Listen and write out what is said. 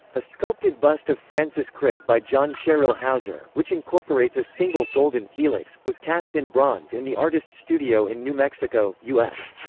a sculpted bust of francis crick by john sherrill houser, which incorporates a single golden helix, was cast in bronze in the artist's studio in new mexico, us.